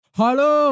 Hello